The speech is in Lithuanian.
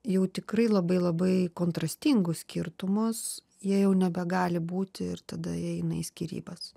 jau tikrai labai labai kontrastingus skirtumus jie jau nebegali būti ir tada eina į skyrybas